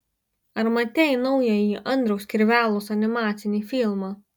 ar matei naująjį andriaus kirvelos animacinį filmą